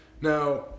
Now